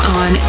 on